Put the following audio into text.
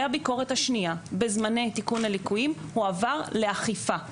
הביקורת השנייה בזמני תיקון הליקויים הועבר לאכיפה.